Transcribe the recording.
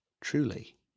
truly